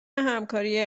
همکاری